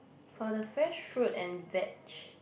for the fresh fruit and veg